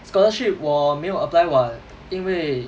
scholarship 我没有 apply [what] 因为